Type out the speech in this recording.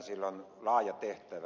sillä on laaja tehtävä